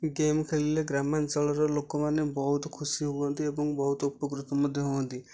game ଖେଳିଲେ ଗ୍ରାମାଞ୍ଚଳର ଲୋକମାନେ ବହୁତ ଖୁସି ହୁଅନ୍ତି ଏବଂ ବହୁତ ଉପକୃତ ମଧ୍ୟ ହୁଅନ୍ତି